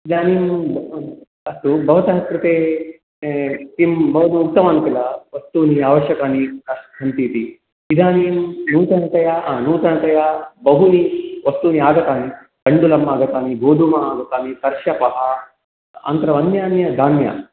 इदानीम् अस्तु भवतः कृते किं भवतु उक्तवान् खिल वस्तूनि आवश्यकानि सन्ति इति इदानीं नूतनतया नूतनतया बहूनि वस्तूनि आगतानि तण्डुलम् आगतानि गोधूमा आगतानि सर्षपः अनन्तरम् अन्य अन्य धान्य